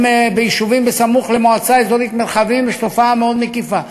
ביישובים סמוך למועצה אזורית מרחבים יש תופעה מאוד מקיפה.